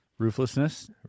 Rooflessness